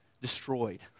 destroyed